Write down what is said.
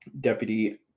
Deputy